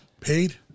paid